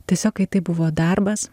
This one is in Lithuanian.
tiesiog kai tai buvo darbas